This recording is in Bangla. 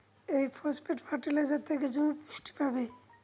এই ফসফেট ফার্টিলাইজার থেকে জমি পুষ্টি পাবে